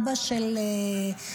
אבא של נועה,